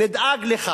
נדאג לכך,